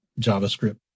JavaScript